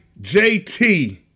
JT